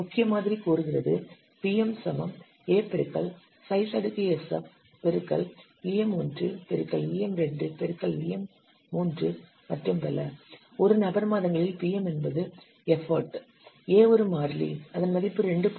முக்கிய மாதிரி கூறுகிறது ஒரு நபர் மாதங்களில் pm என்பது எஃபர்ட் A ஒரு மாறிலி அதன் மதிப்பு 2